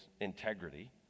integrity